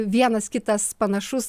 vienas kitas panašus